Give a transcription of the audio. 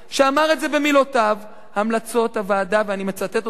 שאמר את זה במילותיו: "המלצות הוועדה" ואני מצטט אותך,